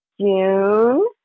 June